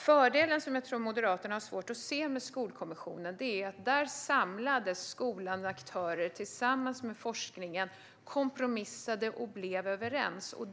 Fördelen, som jag tror att Moderaterna har svårt att se, med Skolkommissionen är att där samlades skolans aktörer med forskningen. Man kompromissade och blev överens.